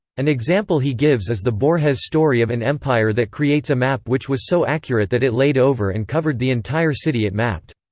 an example he gives is the borges story of an empire that creates a map which was so accurate that it laid over and covered the entire city it mapped.